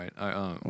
right